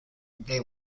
they